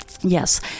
Yes